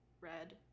Red